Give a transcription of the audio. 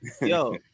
Yo